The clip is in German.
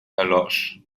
erlosch